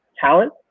talent